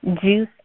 juice